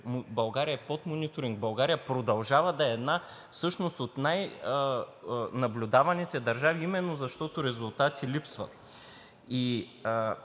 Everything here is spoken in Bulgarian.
България е под мониторинг, България продължава да е една от най-наблюдаваните държави, именно защото резултати липсват.